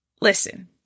listen